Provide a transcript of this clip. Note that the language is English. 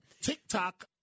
TikTok